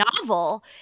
novel